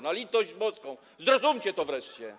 Na litość boską, zrozumcie to wreszcie.